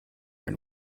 and